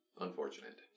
Unfortunate